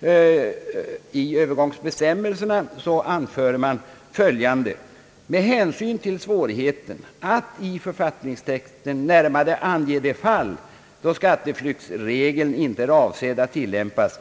det i övergångsbestämmelserna är svårt att närmare ange de fall, då skatteflyktsvägen inte är avsedd att tillämpas.